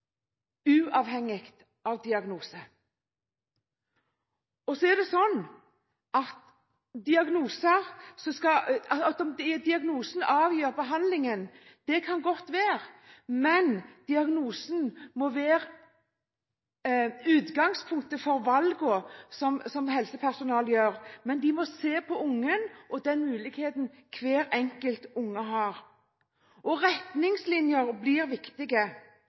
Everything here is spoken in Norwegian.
uavhengig av diagnose. Så kan det godt være at diagnosen avgjør behandlingen, og at diagnosen må være utgangspunktet for valgene som helsepersonell gjør, men de må se på ungen og den muligheten hver enkelt unge har. Retningslinjer blir viktige,